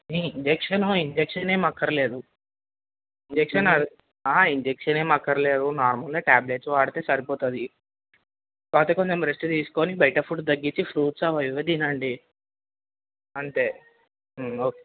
injection injection ఏం అక్కర్లేదు injection injection ఏం అక్కర్లేదు నార్మల్గా ట్యాబ్లెట్స్ వాడితే సరిపోతుంది కాకపోతే కొంచెం రెస్ట్ తీసుకొని బయట ఫుడ్ తగ్గిచ్చి ఫ్రూట్స్ అవి ఇవి తినండి అంతే ఓకే